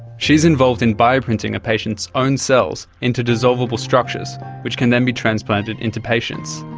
she's involved in bioprinting a patient's own cells into dissolvable structures which can then be transplanted into patients.